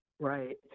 Right